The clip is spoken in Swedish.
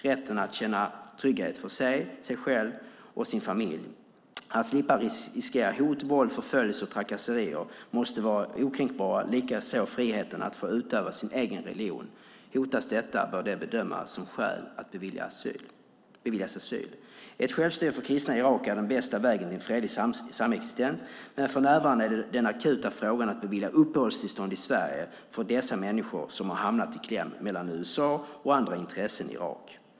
Rätten att känna trygghet för sig själv och sin familj, att slippa riskera hot, våld, förföljelse och trakasserier måste vara okränkbar, likaså friheten att få utöva sin egen religion. Hotas detta bör det bedömas som skäl att beviljas asyl. Ett självstyre för kristna i Irak är den bästa vägen till fredlig samexistens. Men för närvarande är den akuta frågan att bevilja uppehållstillstånd i Sverige för dessa människor som har hamnat i kläm mellan USA och andra intressen i Irak.